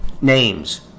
names